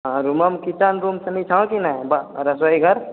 हँ रुमऽमे kitchen room सङ्गे छौ कि नहि बा रसोई घर